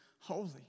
holy